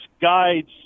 guides